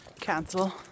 cancel